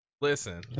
Listen